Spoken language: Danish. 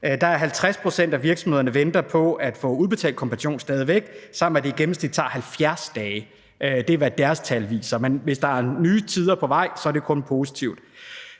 at 50 pct. af virksomhederne stadig væk venter på at få udbetalt kompensation, samt at det i gennemsnit tager 70 dage. Det er, hvad deres tal viser. Men hvis der er nye tidsforløb på vej, er det kun positivt.